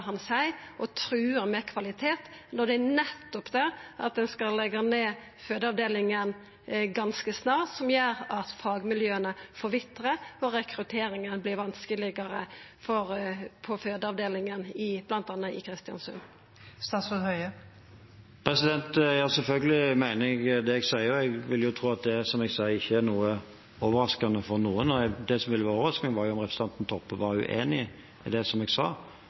han seier, og truar med kvalitet, når det nettopp er det at ein skal leggja ned fødeavdelinga ganske snart, som gjer at fagmiljøa forvitrar og rekrutteringa vert vanskelegare på fødeavdelinga, bl.a. i Kristiansund. Selvfølgelig mener jeg det jeg sier, og jeg vil tro at det jeg sier, ikke er noe overraskende for noen. Det som ville være overraskende, var om representanten Toppe var uenig i det jeg sa,